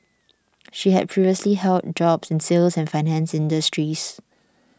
she had previously held jobs in the sales and finance industries